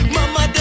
Mama